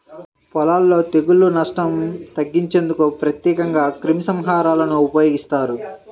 పొలాలలో తెగుళ్ల నష్టం తగ్గించేందుకు ప్రత్యేకంగా క్రిమిసంహారకాలను ఉపయోగిస్తారు